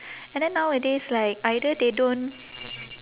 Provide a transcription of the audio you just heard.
and then nowadays like either they don't